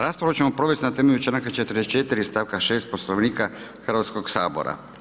Raspravu ćemo provest na temelju članka 44 stavka 6 Poslovnika Hrvatskog sabora.